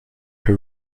her